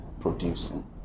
producing